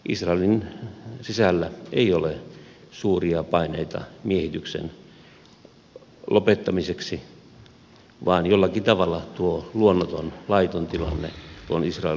israelin sisällä ei ole suuria paineita miehityksen lopettamiseksi vaan jollakin tavalla tuo luonnoton laiton tilanne on israelin sisällä hyväksytty